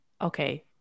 okay